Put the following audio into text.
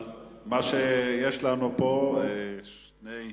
יש לנו פה שני חברים,